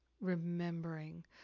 remembering